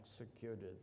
executed